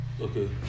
Okay